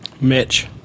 Mitch